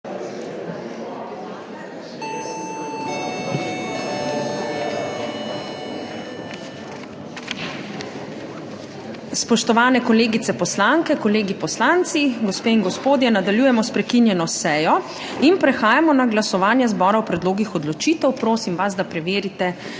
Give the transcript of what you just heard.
Spoštovane kolegice poslanke, kolegi poslanci, gospe in gospodje! Nadaljujemo s prekinjeno sejo. Prehajamo na glasovanje zbora o predlogih odločitev. Prosim vas, da preverite